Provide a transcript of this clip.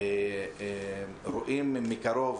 רואים מקרוב